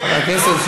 כן.